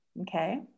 Okay